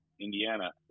Indiana